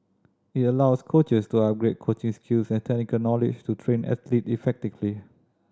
it allows coaches to upgrade coaching skills and technical knowledge to train athlete effectively